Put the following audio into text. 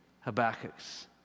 Habakkuk's